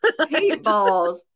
Paintballs